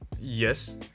Yes